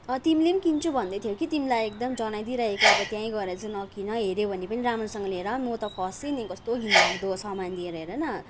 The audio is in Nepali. अँ तिमीले पनि किन्छु भन्दैथ्यौ कि तिमीलाई एकदम जनाइदिई राखेको अब त्यहीँ गएर चाहिँ नकिन हेर्यौ भने पनि राम्रोसँगले हेर म त फँसे नि कस्तो घिनलाग्दो सामान दिएर हेरन